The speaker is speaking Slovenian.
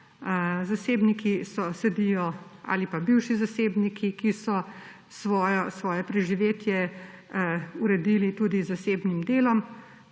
Zasebniki sedijo ali pa bivši zasebniki, ki so svoje preživetje uredili tudi z zasebnim delom,